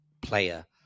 player